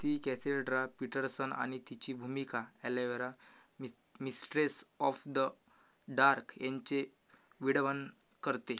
ती Cassandra Peterson आणि तिची भूमिका अॅलेवेरा मि मिस्ट्रेस ऑफ द डार्क यांचे विडबन करते